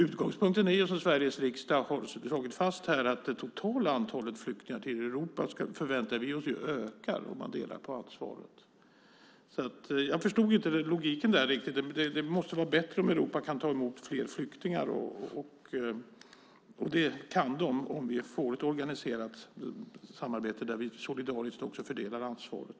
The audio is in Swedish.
Utgångspunkten är, som Sveriges riksdag har slagit fast, att vi väntar oss att det totala antalet flyktingar till Europa ska öka om vi delar på ansvaret. Jag förstod inte riktigt logiken i Bodil Ceballos resonemang. Det måste vara bättre om Europa kan ta emot fler flyktingar, och det kan man om vi får ett organiserat samarbete där vi också solidariskt fördelar ansvaret.